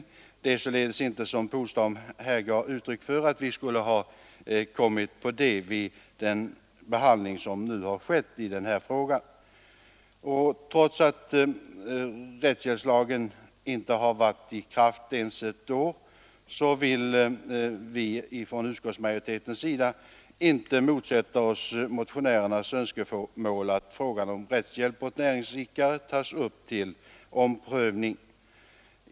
Vår uppfattning är således inte — som herr Polstam här ville ge uttryck för — något som kommit på vid den behandling som nu skett i den här frågan. Trots att rättshjälpslagen alltså inte varit i kraft ens ett år vill vi från utskottsmajoritetens sida inte motsätta oss motionärernas önskemål att frågan om rättshjälp åt näringsidkare tas upp till omprövning.